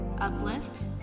Uplift